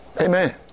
Amen